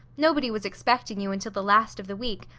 nobody was expecting you until the last of the week,